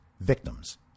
victims